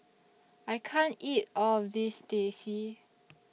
I can't eat All of This Teh C